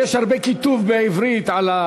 יש הרבה כיתוב בעברית על,